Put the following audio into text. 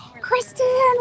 Kristen